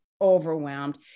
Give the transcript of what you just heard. overwhelmed